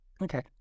Okay